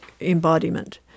embodiment